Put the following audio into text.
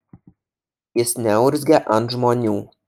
jis neurzgia ant žmonių